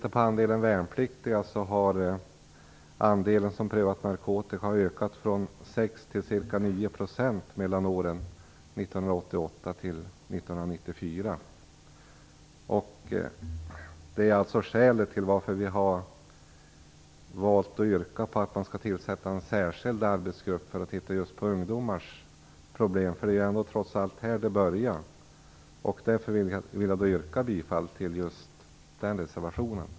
Andelen värnpliktiga som prövat narkotika har ökat från sex till cirka nio procent mellan åren 1988 och 1994." Detta är skälet till att vi valt att yrka på att en särskild arbetsgrupp tillsätts för att titta på just ungdomars problem. Det är trots allt där det börjar. Därför yrkar jag, som sagt, bifall till reservation 6.